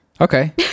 Okay